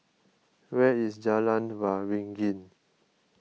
where is Jalan Waringin